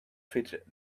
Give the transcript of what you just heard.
fit